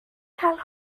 cael